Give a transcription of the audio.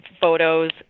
photos